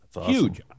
Huge